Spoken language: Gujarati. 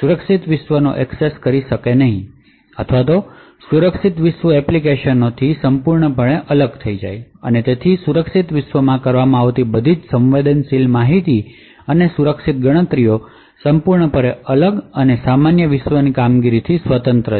સુરક્ષિત વિશ્વનો એક્સેસ કરી શકશે નહીં અથવા સુરક્ષિત વિશ્વ એપ્લિકેશનથી સંપૂર્ણપણે અલગ થઈ જશે અને તેથી સુરક્ષિત વિશ્વમાં કરવામાં આવતી બધી સંવેદનશીલ માહિતી અને સુરક્ષિત ગણતરીઓ સંપૂર્ણપણે અલગ અને સામાન્ય વિશ્વ કામગીરીથી સ્વતંત્ર છે